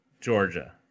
georgia